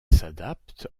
s’adapte